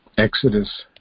Exodus